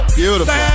beautiful